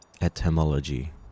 etymology